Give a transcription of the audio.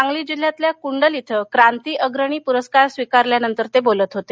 सांगली जिल्ह्यातल्या कुंडल क्रि क्रांतीअग्रणी पुरस्कार स्वीकारल्यानंतर ते बोलत होते